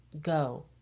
go